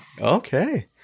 Okay